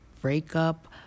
breakup